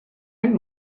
own